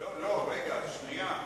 בסדר.